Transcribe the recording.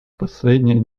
последнее